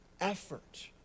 effort